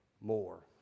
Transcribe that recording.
more